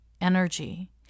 energy